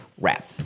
wrap